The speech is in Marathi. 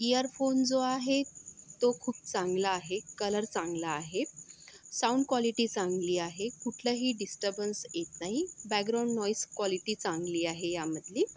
इयरफोन जो आहे तो खूप चांगला आहे कलर चांगला आहे साऊंड क्वॉलिटी चांगली आहे कुठलंही डिस्टबन्स येत नाही बॅकग्राउंड नॉईस क्वॉलिटी चांगली आहे यामधली